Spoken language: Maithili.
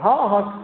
हाँ हाँ